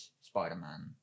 Spider-Man